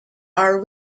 are